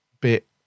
bit